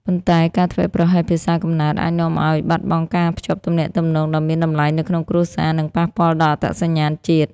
ប៉ុន្តែការធ្វេសប្រហែសភាសាកំណើតអាចនាំឱ្យបាត់បង់ការភ្ជាប់ទំនាក់ទំនងដ៏មានតម្លៃនៅក្នុងគ្រួសារ និងប៉ះពាល់ដល់អត្តសញ្ញាណជាតិ។